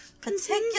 particular